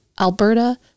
Alberta